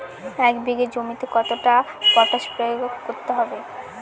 এক বিঘে জমিতে কতটা পটাশ প্রয়োগ করতে হবে?